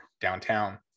downtown